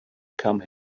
come